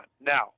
Now